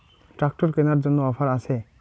Tractor কেনার জন্য offer আছে?